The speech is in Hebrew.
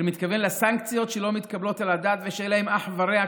אני מתכוון לסנקציות שלא מתקבלות על הדעת ושאין להן אח ורע,